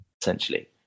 essentially